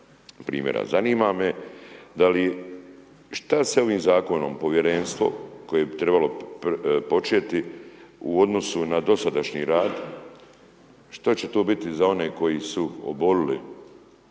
Zanima me da li, što sa ovim zakonom povjerenstvo koje bi trebalo početi u odnosu na dosadašnji rad što će to biti za one koji su obolili